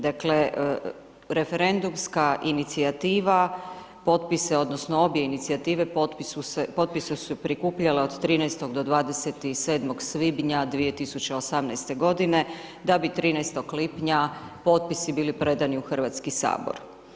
Dakle, referendumska inicijativa, potpise odnosno obje inicijative potpise su prikupljale od 13. do 27. svibnja 2018. g. da bi 13. lipnja potpisi bili predani u Hrvatski sabor.